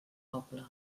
poble